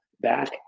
back